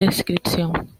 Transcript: descripción